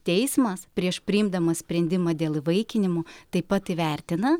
teismas prieš priimdamas sprendimą dėl įvaikinimo taip pat įvertina